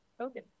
Okay